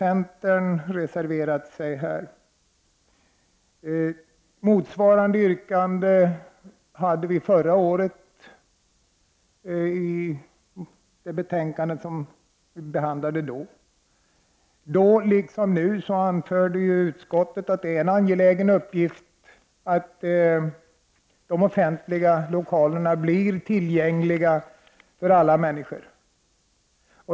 Ett motsvarande yrkande framfördes i det betänkande som behandlades förra året. Då liksom nu anförde utskottet att det är en angelägen uppgift att de offentliga lokalerna blir tillgängliga för alla människor.